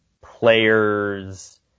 players